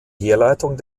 herleitung